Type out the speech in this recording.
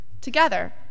Together